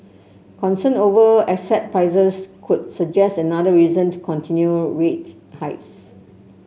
concern over asset prices could suggest another reason to continue rates hikes